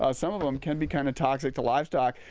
ah some of them can be kind of toxic to livestock.